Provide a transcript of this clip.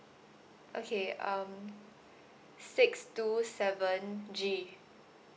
okay um six two seven G